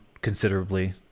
considerably